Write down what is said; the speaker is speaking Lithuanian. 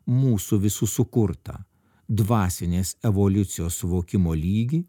mūsų visų sukurtą dvasinės evoliucijos suvokimo lygį